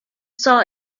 saw